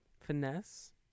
Finesse